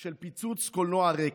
של פיצוץ קולנוע רקס.